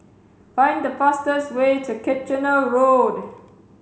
find the fastest way to Kitchener Road